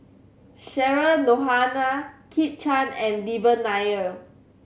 Cheryl Noronha Kit Chan and Devan Nair